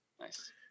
Nice